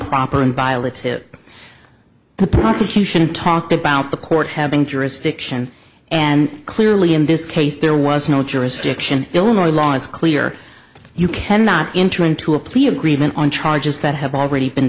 improper inviolate to the prosecution talked about the court having jurisdiction and clearly in this case there was no jurisdiction illinois law is clear you cannot enter into a plea agreement on charges that have already been